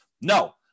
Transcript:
no